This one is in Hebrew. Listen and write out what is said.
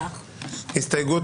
ההסתייגות